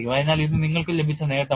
അതിനാൽ ഇത് നിങ്ങൾക്ക് ലഭിച്ച നേട്ടമാണ്